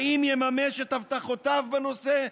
האם יממש את הבטחותיו בנושא?